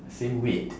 same weight